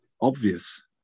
obvious